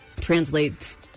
translates